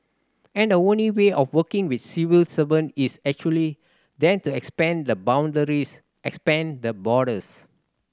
and the only way of working with civil servant is actually then to expand the boundaries expand the borders